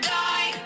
die